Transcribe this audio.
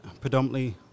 predominantly